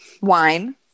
Wine